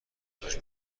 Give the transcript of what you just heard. تلاش